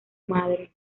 madre